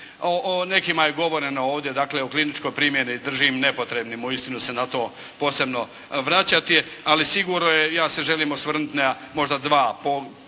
O nekima je govoreno ovdje, dakle, o kliničkoj primjeni držim nepotrebnim uistinu se na to, posebno vraćati. Ali sigurno je, ja se želim osvrnuti na možda dva poglavlja